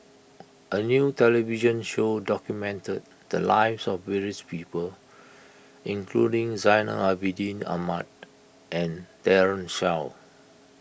a new television show documented the lives of various people including Zainal Abidin Ahmad and Daren Shiau